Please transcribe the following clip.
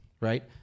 right